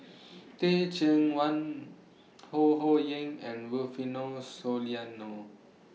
Teh Cheang Wan Ho Ho Ying and Rufino Soliano